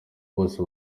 bose